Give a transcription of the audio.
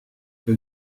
que